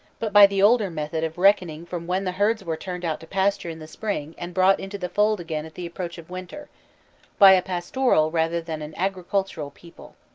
but by the older method of reckoning from when the herds were turned out to pasture in the spring and brought into the fold again at the approach of winter by a pastoral rather than an agricultural people.